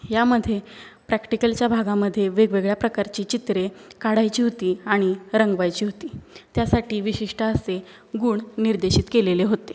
यामध्ये प्रॅक्टिकलच्या भागामध्ये वेगवेगळ्या प्रकारची चित्रे काढायची होती आणि रंगवायची होती त्यासाठी विशिष्ट असे गुण निर्देशित केलेले होते